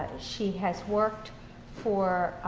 she has worked for